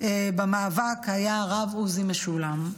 במאבק היא הרב עוזי משולם.